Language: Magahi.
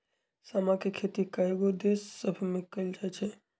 समा के खेती कयगो देश सभमें कएल जाइ छइ